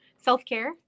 self-care